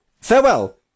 Farewell